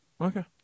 Okay